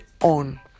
on